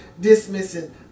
dismissing